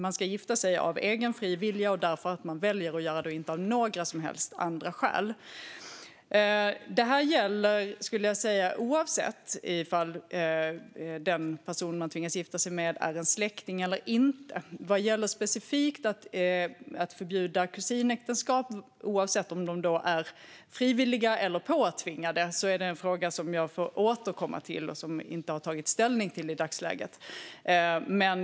Man ska gifta sig av egen fri vilja och därför att man väljer att göra det och inte av några som helst andra skäl. Det gäller oavsett om den person man tvingas gifta sig med är en släkting eller inte. Vad gäller specifikt att förbjuda kusinäktenskap oavsett om de är frivilliga eller påtvingade är det en fråga som jag får återkomma till och som jag inte har tagit ställning till i dagsläget.